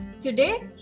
Today